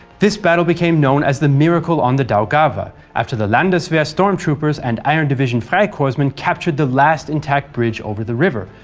this battle became known as the miracle on the daugava, after the landeswehr stormtroopers and iron division freikorspmen captured the last intact bridge over the river,